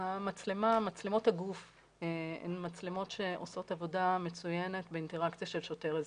מצלמות הגוף הן מצלמות שעושות עבודה מצוינת באינטראקציה של שוטר-אזרח,